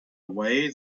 away